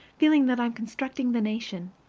feeling that i'm constructing the nation.